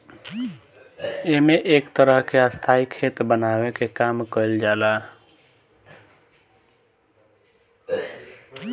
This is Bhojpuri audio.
एमे एक तरह के स्थाई खेत बनावे के काम कईल जाला